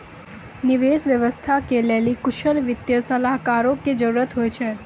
निवेश व्यवस्था के लेली कुशल वित्तीय सलाहकारो के जरुरत होय छै